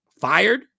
fired